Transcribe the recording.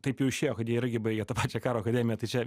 taip jau išėjo kad jie irgi baigė tą pačią karo akademiją tai čia